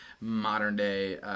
modern-day